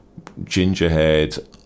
gingerhead